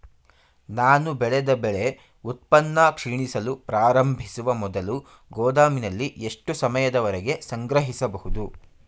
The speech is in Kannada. ನಾನು ಬೆಳೆದ ಬೆಳೆ ಉತ್ಪನ್ನ ಕ್ಷೀಣಿಸಲು ಪ್ರಾರಂಭಿಸುವ ಮೊದಲು ಗೋದಾಮಿನಲ್ಲಿ ಎಷ್ಟು ಸಮಯದವರೆಗೆ ಸಂಗ್ರಹಿಸಬಹುದು?